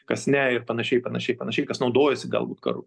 kas ne ir panašiai panašiai panašiai kas naudojasi galbūt karu